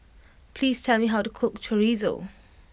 please tell me how to cook Chorizo